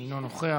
אינו נוכח,